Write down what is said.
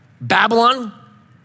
Babylon